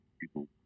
people